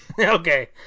okay